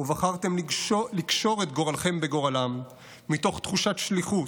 ובחרתם לקשור את גורלכם בגורלם מתוך שליחות,